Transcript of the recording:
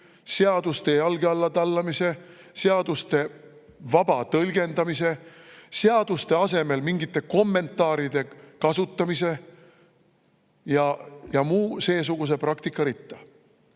seaduste jalge alla tallamise, seaduste vaba tõlgendamise, seaduste asemel mingite kommentaaride kasutamise ja muu seesuguse praktika ritta.